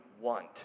want